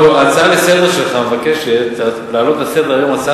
ההצעה שלך מבקשת להעלות לסדר-היום הצעה